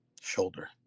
shoulder